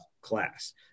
class